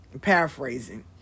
Paraphrasing